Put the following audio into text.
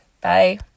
Bye